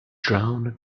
drawn